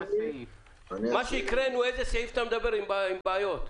ממה שקראנו איזה סעיף עם בעיות?